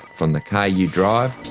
from the car you drive,